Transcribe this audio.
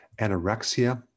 anorexia